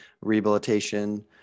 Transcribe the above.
rehabilitation